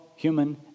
human